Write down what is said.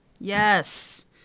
Yes